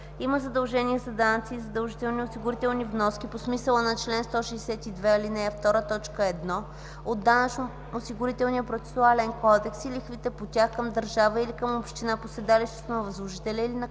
има задължения за данъци и задължителни осигурителни вноски по смисъла на чл. 162, ал. 2, т. 1 от Данъчно-осигурителния процесуален кодекс и лихвите по тях, към държавата или към общината по седалището на възложителя и на